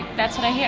that's what i hear.